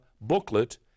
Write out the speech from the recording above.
booklet